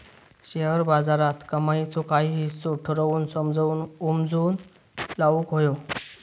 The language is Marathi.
शेअर बाजारात कमाईचो काही हिस्सो ठरवून समजून उमजून लाऊक व्हये